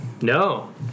No